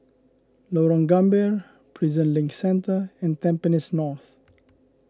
Lorong Gambir Prison Link Centre and Tampines North